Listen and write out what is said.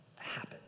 happen